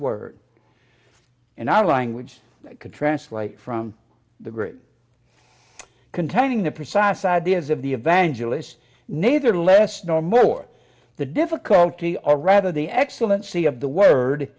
word in our language could translate from the great containing the precise ideas of the evangelists naser less nor more the difficulty or rather the excellent c of the word